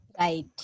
Right